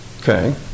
Okay